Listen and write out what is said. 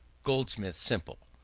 goldsmith simple?